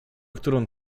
którą